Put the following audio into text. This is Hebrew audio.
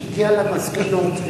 שהגיעה למסקנות,